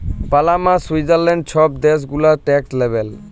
Panama, Switzerland ছব দ্যাশ গুলা ট্যাক্স হ্যাভেল